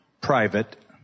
private